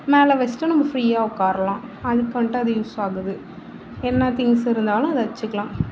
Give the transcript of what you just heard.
மேலே வைச்சுட்டு நம்ம ஃப்ரீயாக உட்காரலாம் அதுக்கு வந்துட்டு அது யூஸ் ஆகுது என்ன திங்க்ஸ் இருந்தாலும் அதை வைச்சுக்கலாம்